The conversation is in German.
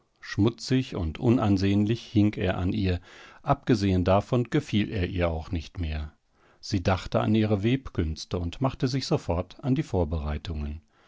schmutzig und unansehnlich hing er an ihr abgesehen davon gefiel er ihr auch nicht mehr sie dachte an ihre webkünste und machte sich sofort an die vorbereitungen